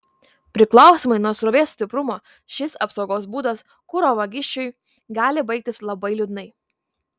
priklausomai nuo srovės stiprumo šis apsaugos būdas kuro vagišiui gali baigtis labai liūdnai